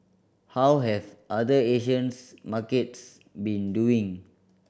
how have other Asians markets been doing